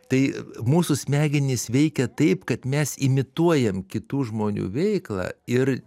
tai mūsų smegenys veikia taip kad mes imituojam kitų žmonių veiklą ir